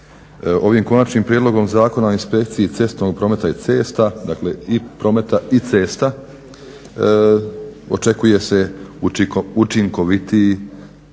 Ovim Konačnim prijedlogom zakona o inspekciji cestovnog prometa i cesta, dakle i prometa i cesta, očekuje se učinkovitiji,